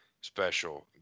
special